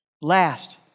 Last